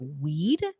weed